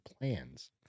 plans